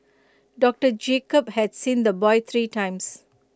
doctor Jacob had seen the boy three times